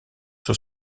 sur